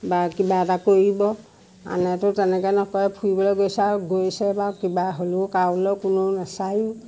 বা কিবা এটা কৰিব আনেতো তেনেকৈ নকৰে ফুৰিবলৈ গৈছে আৰু গৈছে বা কিবা হ'লেও কাৰোলৈও কোনো নেচায়ো